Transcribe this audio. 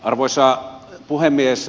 arvoisa puhemies